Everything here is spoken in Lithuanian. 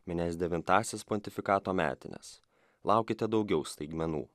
minės devintąsias pontifikato metines laukite daugiau staigmenų